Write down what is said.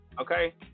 Okay